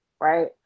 Right